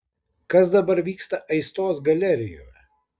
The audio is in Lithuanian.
kas dabar vyksta aistos galerijoje